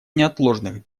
неотложных